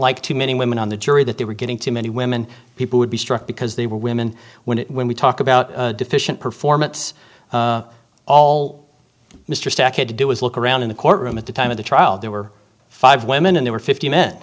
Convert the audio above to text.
like too many women on the jury that they were getting too many women people would be struck because they were women when it when we talk about deficient performance all mr stack had to do was look around in the courtroom at the time of the trial there were five women and they were fifty m